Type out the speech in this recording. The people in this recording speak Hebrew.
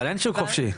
אבל אין שוק חופשי.